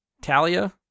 Talia